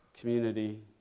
Community